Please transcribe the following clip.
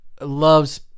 loves